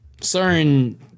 certain